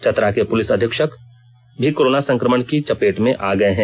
चतरा के पुलिस अधीक्षक भी कोरोना संक्रमण की चपेट में आ गये हैं